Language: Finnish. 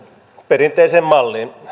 perinteiseen malliin